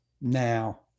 now